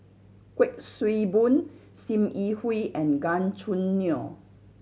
Kuik Swee Boon Sim Yi Hui and Gan Choo Neo